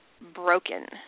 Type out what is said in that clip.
broken